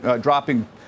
dropping